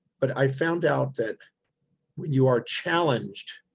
but i found out that when you are challenged,